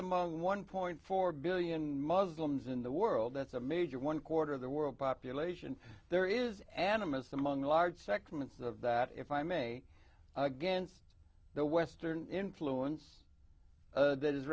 among one point four billion muslims in the world that's a major one quarter of the world population there is animist among large segments of that if i may against the western influence that is